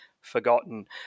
forgotten